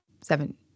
seven